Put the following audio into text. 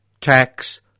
tax